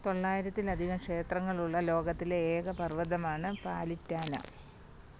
തൊള്ളായിരത്തിലധികം ക്ഷേത്രങ്ങളുള്ള ലോകത്തിലെ ഏക പർവതമാണ് പാലിറ്റാന